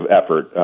effort